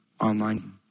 online